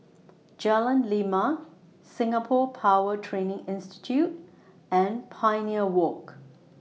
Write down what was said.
Jalan Lima Singapore Power Training Institute and Pioneer Walk